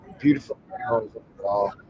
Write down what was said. Beautiful